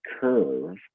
curve